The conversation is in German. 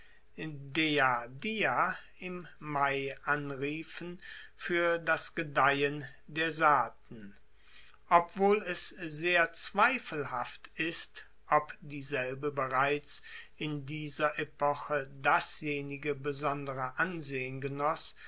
im mai anriefen fuer das gedeihen der saaten obwohl es sehr zweifelhaft ist ob dieselbe bereits in dieser epoche dasjenige besondere ansehen genoss